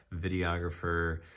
videographer